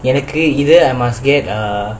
எனக்கு:enakku either I must get err